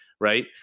Right